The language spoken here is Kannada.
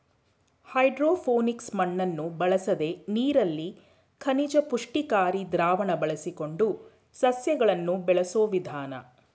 ಹೈಡ್ರೋಪೋನಿಕ್ಸ್ ಮಣ್ಣನ್ನು ಬಳಸದೆ ನೀರಲ್ಲಿ ಖನಿಜ ಪುಷ್ಟಿಕಾರಿ ದ್ರಾವಣ ಬಳಸಿಕೊಂಡು ಸಸ್ಯಗಳನ್ನು ಬೆಳೆಸೋ ವಿಧಾನ